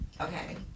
okay